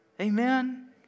Amen